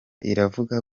iravuga